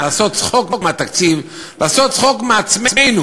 לעשות צחוק מהתקציב, לעשות צחוק מעצמנו,